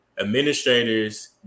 administrators